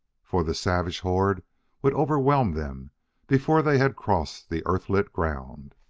for the savage horde would overwhelm them before they had crossed the earth-lit ground.